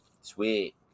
Sweet